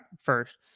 first